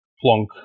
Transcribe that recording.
plonk